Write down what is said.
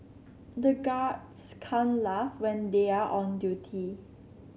the guards can laugh when they are on duty